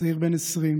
צעיר בן 20,